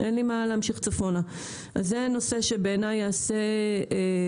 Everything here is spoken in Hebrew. קמפוס אחד שיהיה במע'אר.